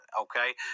Okay